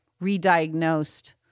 re-diagnosed